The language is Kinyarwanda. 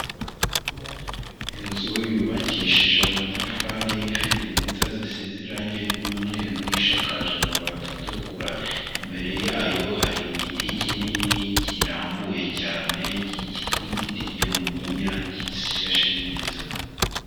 Inzu yubakishije amatafari, ifite inkuta zisize irangi ry'umweru, ishakaje amabati atukura, imbere yayo hari igiti kinini kirambuye cyane, kitwa igiti cy'umuyinya gishashe neza.